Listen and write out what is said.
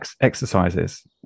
exercises